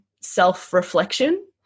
self-reflection